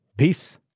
Peace